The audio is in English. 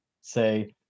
say